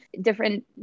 different